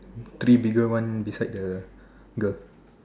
three bigger one beside the girl